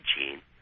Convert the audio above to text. Gene